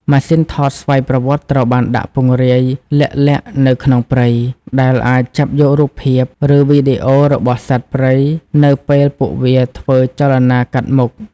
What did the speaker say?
ម៉ាស៊ីនថតស្វ័យប្រវត្តិត្រូវបានដាក់ពង្រាយលាក់ៗនៅក្នុងព្រៃ ដែលអាចចាប់យករូបភាព ឬវីដេអូរបស់សត្វព្រៃនៅពេលពួកវាធ្វើចលនាកាត់មុខ។